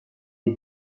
des